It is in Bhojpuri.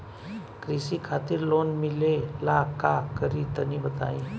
कृषि खातिर लोन मिले ला का करि तनि बताई?